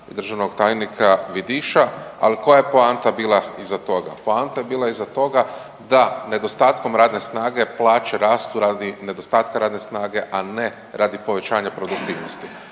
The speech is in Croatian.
državnog tajnika Vidiša. Ali koja poanta je bila iza toga? Poanta je bila iza toga da nedostatkom radne snage plaće rastu radi nedostatka radne snage, a ne radi povećanja produktivnosti.